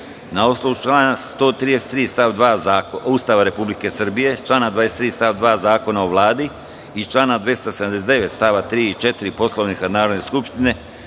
osnovu člana 133. stav 2. Ustava Republike Srbije, člana 23. stav 2. Zakona o Vladi i člana 279. st. 3. i 4. Poslovnika Narodne skupštine,